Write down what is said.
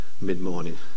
mid-morning